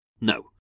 No